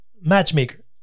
Matchmaker